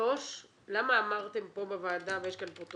3. למה אמרתם פה בוועדה ויש פרוטוקול,